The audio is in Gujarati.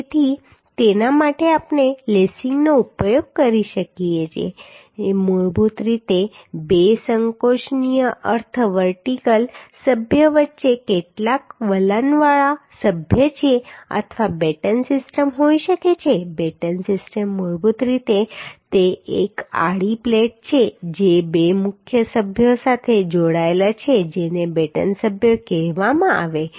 તેથી તેના માટે આપણે લેસિંગનો ઉપયોગ કરી શકીએ જે મૂળભૂત રીતે બે સંકોચનીય અર્થ વર્ટિકલ સભ્યો વચ્ચે કેટલાક વલણવાળા સભ્ય છે અથવા બેટન સિસ્ટમ હોઈ શકે છે બેટન સિસ્ટમ મૂળભૂત રીતે તે એક આડી પ્લેટ છે જે બે મુખ્ય સભ્યો સાથે જોડાયેલ છે જેને બેટન સભ્યો કહેવામાં આવે છે